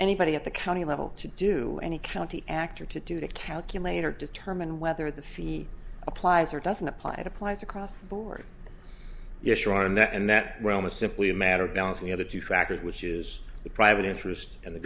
anybody at the county level to do any county actor to do to calculate or determine whether the fee applies or doesn't apply it applies across the board yes sure and that and that realm is simply a matter of balancing the other two factors which is the private interest and the